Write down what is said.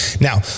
Now